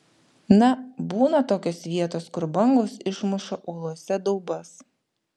na būna tokios vietos kur bangos išmuša uolose daubas